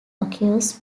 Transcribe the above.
occurs